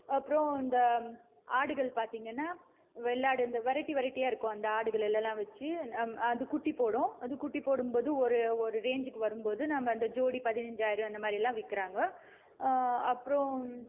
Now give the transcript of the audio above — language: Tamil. அப்புறம் இந்த ஆடுகள் பார்த்திங்கன்னா வெள்ளாடு இந்த வெரைட்டி வெரைட்டியாக இருக்கும் அந்த ஆடுகளெல்லலாம் வச்சு அது குட்டி போடும் அது குட்டி போடும்போது ஒரு ஒரு ரேஞ்சிக்கு வரும்போது நம்ம அந்த ஜோடி பதினைஞ்சாயிரம் அந்த மாதிரியெல்லாம் விற்கிறாங்க அப்புறம்